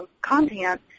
content